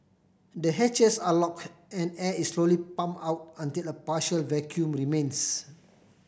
the hatches are lock and air is slowly pump out until a partial vacuum remains